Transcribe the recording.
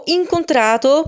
incontrato